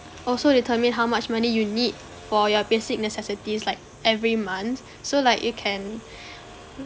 also determine how much money you need for your basic necessities like every month so like you can